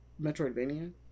metroidvania